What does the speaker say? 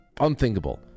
Unthinkable